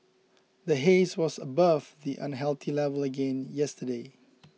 the haze was above the unhealthy level again yesterday